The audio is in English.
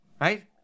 right